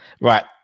Right